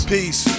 Peace